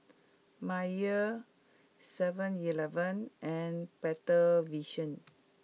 Mayer seven eleven and Better Vision